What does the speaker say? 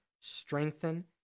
strengthen